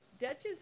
Duchess